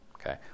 Okay